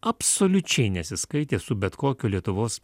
absoliučiai nesiskaitė su bet kokiu lietuvos